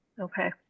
Okay